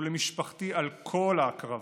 ולמשפחתי על כל ההקרבה,